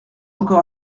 encore